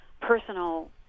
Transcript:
personal